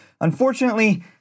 Unfortunately